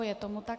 Je tomu tak.